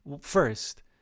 First